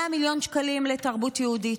100 מיליון שקלים לתרבות יהודית,